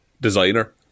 designer